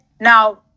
Now